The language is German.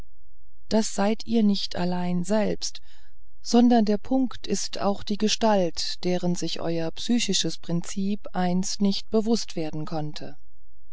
das seid ihr nicht allein selbst sondern der punkt ist auch die gestalt deren sich euer psychisches prinzip einst nicht bewußt werden konnte